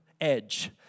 edge